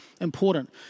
important